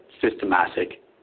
systematic